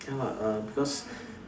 ya lah because